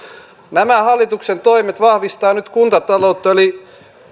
nämä hallituksen toimet vahvistavat nyt kuntataloutta yli